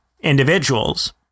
individuals